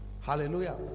Hallelujah